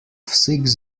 six